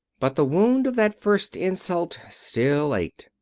but the wound of that first insult still ached.